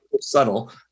subtle